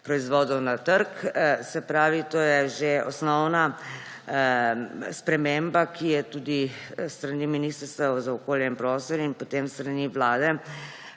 proizvodov na trg; se pravi, to je že osnovna sprememba, ki je tudi s strani Ministrstva za okolje in prostor in potem s strani Vlade